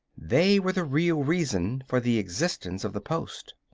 they were the real reason for the existence of the post.